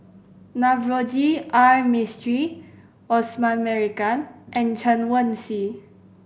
Navroji R Mistri Osman Merican and Chen Wen Hsi